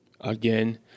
Again